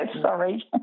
sorry